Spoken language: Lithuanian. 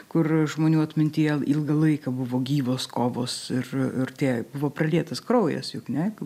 kur žmonių atmintyje ilgą laiką buvo gyvos kovos ir ir tie buvo pralietas kraujas juk ne